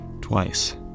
Twice